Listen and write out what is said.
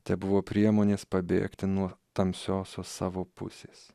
tebuvo priemonės pabėgti nuo tamsiosios savo pusės